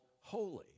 holy